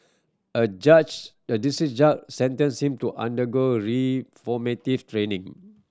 a judge a district judge sentenced him to undergo reformative training